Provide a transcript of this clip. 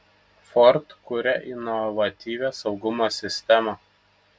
ford kuria inovatyvią saugumo sistemą